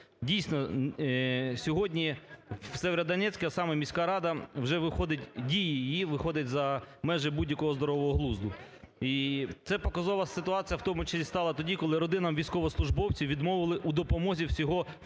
Дійсно, сьогодні в Сєвєродонецьку саме міська рада вже виходить, дії її виходять за межі будь-якого здорового глузду і це показова ситуація, в тому числі стала тоді, коли родинам військовослужбовців відмовили у допомозі всього в